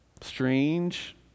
strange